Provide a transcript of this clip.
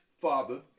Father